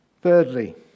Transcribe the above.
Thirdly